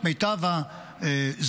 את מיטב הזינוק,